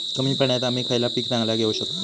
कमी पाण्यात आम्ही खयला पीक चांगला घेव शकताव?